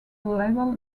level